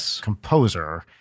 composer